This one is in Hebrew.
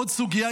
עוד סוגיה,